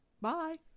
bye